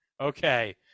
okay